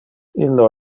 illo